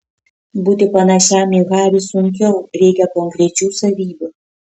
būti panašiam į harį sunkiau reikia konkrečių savybių